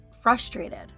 frustrated